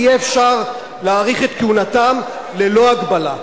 יהיה אפשר להאריך את כהונתם ללא הגבלה.